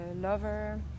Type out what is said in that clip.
lover